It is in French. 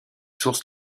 sources